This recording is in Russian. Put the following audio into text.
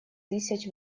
тысяч